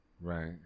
Right